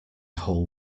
whole